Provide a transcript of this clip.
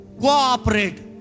Cooperate